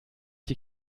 die